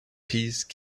peace